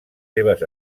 seves